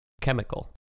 Chemical